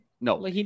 No